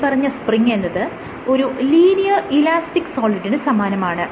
മേല്പറഞ്ഞ സ്പ്രിങ് എന്നത് ഒരു ലീനിയർ ഇലാസ്റ്റിക് സോളിഡിന് സമാനമാണ്